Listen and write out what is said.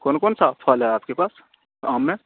کون کون سا پھل ہے آپ کے پاس آم میں